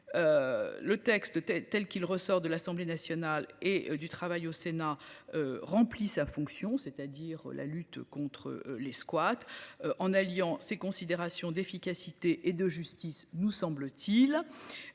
Le texte tel qu'il ressort de l'Assemblée nationale et du travail au Sénat. Rempli sa fonction, c'est-à-dire la lutte contre les squats en alliant ses considérations d'efficacité et de justice, nous semble-t-il.